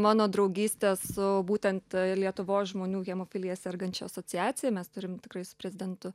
mano draugystės su būtent lietuvos žmonių hemofilija sergančių asociacija mes turim tikrai su prezidentu